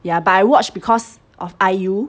ya but I watch because of IU